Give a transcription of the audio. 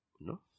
No